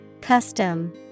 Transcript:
Custom